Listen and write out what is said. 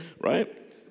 right